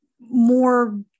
more